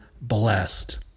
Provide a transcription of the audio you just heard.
blessed